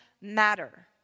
matter